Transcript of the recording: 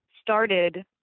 started